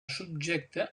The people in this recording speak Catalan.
subjecte